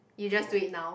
you just do it now